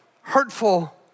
hurtful